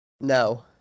No